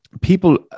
people